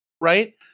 right